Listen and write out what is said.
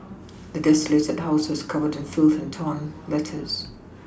the desolated house was covered in filth and torn letters